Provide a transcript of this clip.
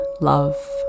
love